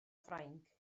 ffrainc